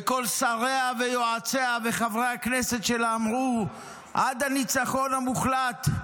וכל שריה ויועציה וחברי הכנסת שלה אמרו: עד הניצחון המוחלט,